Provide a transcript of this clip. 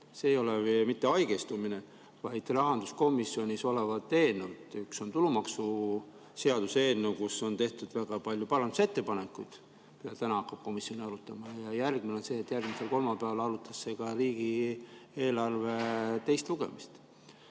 ei ole mitte haigestumine, vaid rahanduskomisjonis olevad eelnõud: üks on tulumaksuseaduse eelnõu, kus on tehtud väga palju parandusettepanekuid, mida täna hakkab komisjon arutama, ja järgmine on see, et järgmisel kolmapäeval arutatakse ka riigieelarvet teisel lugemisel.